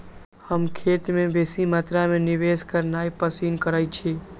हम खेत में बेशी मत्रा में निवेश करनाइ पसिन करइछी